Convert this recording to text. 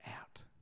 out